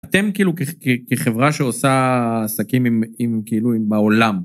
אתם כאילו כחברה שעושה עסקים עם כאילו עם העולם.